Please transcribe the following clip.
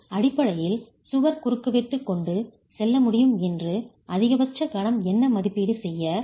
எனவே நீங்கள் அடிப்படையில் சுவர் குறுக்குவெட்டு கொண்டு செல்ல முடியும் என்று அதிகபட்ச கணம் என்ன மதிப்பீடு செய்ய